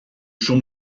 schon